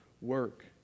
work